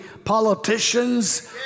Politicians